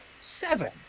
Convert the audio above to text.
Seven